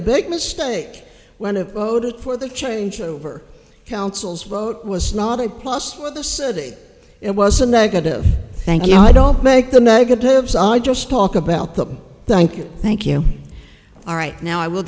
big mistake when of voted for the changeover councils vote was not a plus for the city it was a negative thank you i don't make the negatives i just talk about them thank you thank you all right now i will